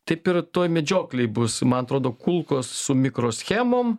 taip ir toj medžioklėj bus man atrodo kulkos su mikroschemom